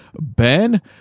Ben